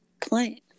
plant